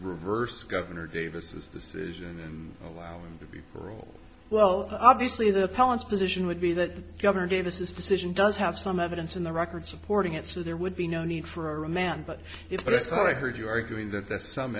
reverse governor davis decision and allow him to be paroled well obviously the pollens position would be that governor davis decision does have some evidence in the record supporting it so there would be no need for a remand but if i thought i heard you arguing that that some